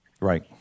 Right